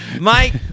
Mike